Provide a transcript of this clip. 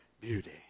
beauty